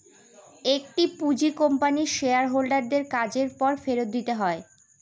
একটি পুঁজি কোম্পানির শেয়ার হোল্ডার দের কাজের পর ফেরত দিতে হয়